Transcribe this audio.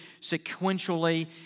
sequentially